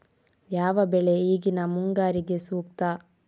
ಯಾವ ಬೆಳೆ ಈಗಿನ ಮುಂಗಾರಿಗೆ ಸೂಕ್ತ?